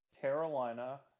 Carolina